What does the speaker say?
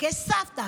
כסבתא,